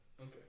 okay